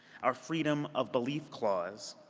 our freedom of belief clause,